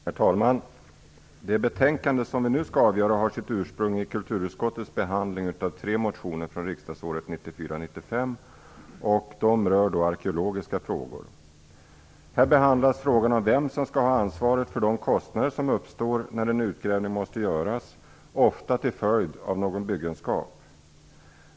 Herr talman! Det betänkande som vi nu skall avgöra har sitt ursprung i kulturutskottets behandling av tre motioner från riksmötet 1994/95 som rör arkeologiska frågor. Här behandlas frågan om vem som skall ha ansvaret för de kostnader som uppstår när en utgrävning måste göras, ofta till följd av någon byggnation.